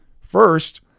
first